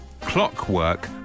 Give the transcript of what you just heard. clockwork